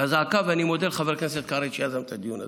ואני מודה לחבר הכנסת קרעי, שיזמה את הדיון הזה.